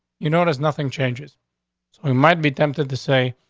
you know, there's nothing changes we might be tempted to say.